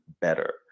better